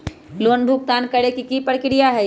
Loan भुगतान करे के की की प्रक्रिया होई?